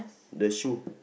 the shoe